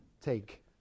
take